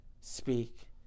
speak